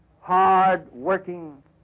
hard-working